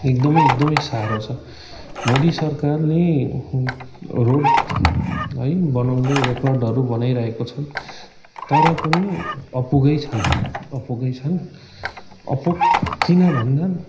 एकदमै एकदमै साह्रो छ मोदी सरकारले रोड है बनाउँदै रेकर्डहरू बनाइरहेको छन् तर पनि अपुगै छन् अपुगै छन् अपुग किन भन्दा